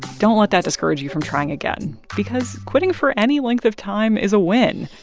don't let that discourage you from trying again, because quitting for any length of time is a win.